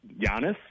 Giannis